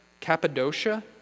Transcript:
Cappadocia